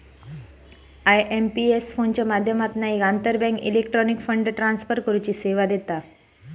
IMPS फोनच्या माध्यमातना एक आंतरबँक इलेक्ट्रॉनिक फंड ट्रांसफर करुची सेवा देता